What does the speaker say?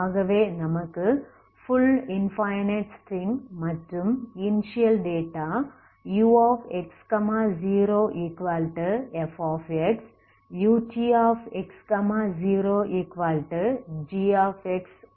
ஆகவே நமக்கு full infinite string மற்றும் இனிஸியல் டேட்டா ux0f utx0g உள்ளது